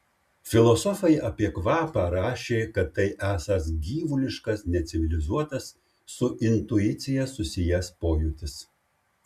filosofai apie kvapą rašė kad tai esąs gyvuliškas necivilizuotas su intuicija susijęs pojūtis